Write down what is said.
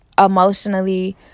emotionally